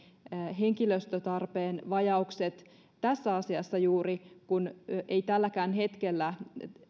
henkilöstötarpeen vajaukset juuri tässä asiassa kun ei tälläkään hetkellä